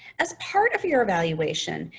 as part of your evaluation,